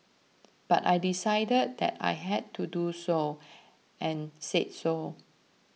but I decided that I had to do so and said so